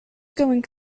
going